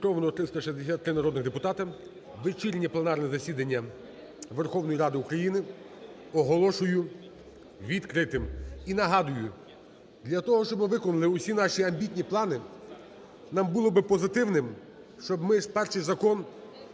Зареєстровано 363 народні депутати. Вечірнє пленарне засідання Верховної Ради України оголошую відкритим. І нагадую, для того, щоб ми виконали усі наші амбітні плани, нам було би позитивним, щоб ми перший закон